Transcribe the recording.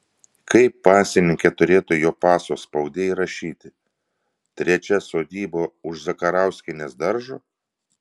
kaip pasininkė turėtų jo paso spaude įrašyti trečia sodyba už zakarauskienės daržo